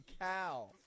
cow